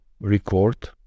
record